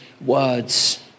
words